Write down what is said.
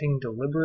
deliberate